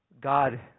God